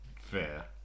Fair